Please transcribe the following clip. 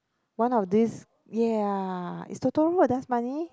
one of this ya ya is Totoro a dust bunny